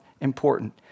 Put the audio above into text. important